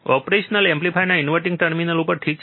operational એમ્પ્લીફાયરના inverting terminal પર ઠીક છે